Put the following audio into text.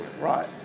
Right